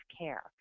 care